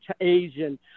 Asian